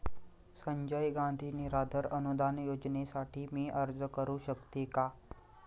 संजय गांधी निराधार अनुदान योजनेसाठी मी अर्ज करू शकते का?